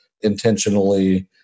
intentionally